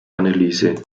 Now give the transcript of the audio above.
anneliese